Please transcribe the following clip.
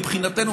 מבחינתנו,